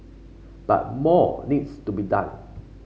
but more needs to be done